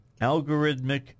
algorithmic